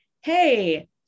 hey